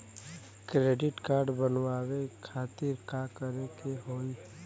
Credit card बनवावे खातिर का करे के होई?